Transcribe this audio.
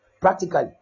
practically